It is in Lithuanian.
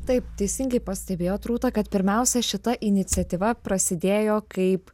taip teisingai pastebėjot rūta kad pirmiausia šita iniciatyva prasidėjo kaip